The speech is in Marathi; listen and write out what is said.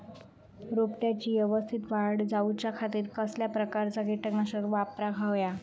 रोपट्याची यवस्तित वाढ जाऊच्या खातीर कसल्या प्रकारचा किटकनाशक वापराक होया?